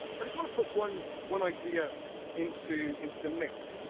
i just want to put one one idea into into the mix,